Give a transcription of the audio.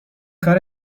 کار